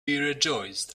rejoiced